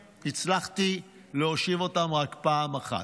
הצלחתי להושיב אותם רק פעם אחת.